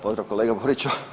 Pozdrav kolega Boriću.